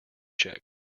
check